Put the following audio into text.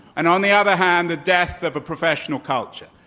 and on the other hand, the death of a professional culture.